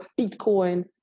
bitcoin